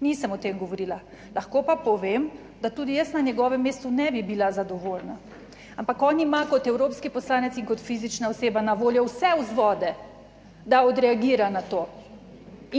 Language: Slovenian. Nisem o tem govorila. Lahko pa povem, da tudi jaz na njegovem mestu ne bi bila zadovoljna. Ampak on ima kot evropski poslanec in kot fizična oseba na voljo vse vzvode, da odreagira na to